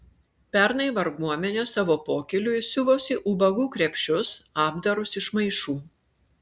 pernai varguomenė savo pokyliui siuvosi ubagų krepšius apdarus iš maišų